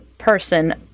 Person